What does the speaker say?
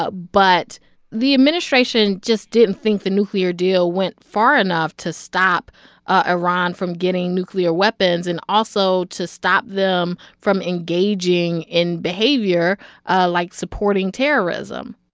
ah but the administration just didn't think the nuclear deal went far enough to stop ah iran from getting nuclear weapons and also to stop them from engaging in behavior ah like supporting terrorism.